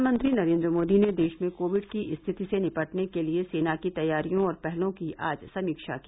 प्रधानमंत्री नरेन्द्र मोदी ने देश में कोविड की रिथति से निपटने के लिए सेना की तैयारियों और पहलों की आज समीक्षा की